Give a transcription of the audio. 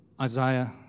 Isaiah